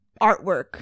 artwork